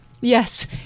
Yes